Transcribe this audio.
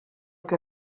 que